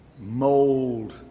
mold